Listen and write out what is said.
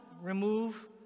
remove